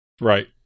Right